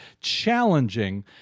challenging